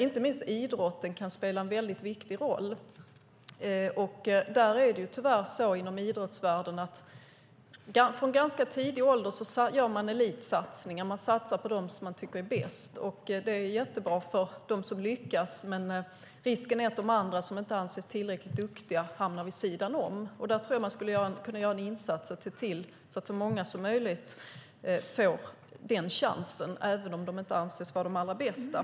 Inte minst idrotten kan spela en viktig roll. Tyvärr är det så inom idrottsvärlden att man gör elitsatsningar, att man satsar på dem som man tycker är bäst. Det är jättebra för dem som lyckas, men risken är att de som inte anses tillräckligt duktiga hamnar vid sidan om. Man skulle kunna göra en insats där och se till att så många som möjligt får chansen även om de inte anses vara de allra bästa.